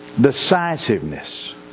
decisiveness